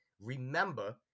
remember